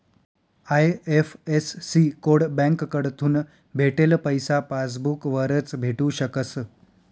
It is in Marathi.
आय.एफ.एस.सी कोड बँककडथून भेटेल पैसा पासबूक वरच भेटू शकस